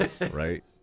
Right